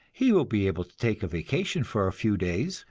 he will be able to take a vacation for a few days,